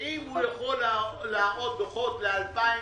שאם הוא יכול להראות דוחות ל-2019,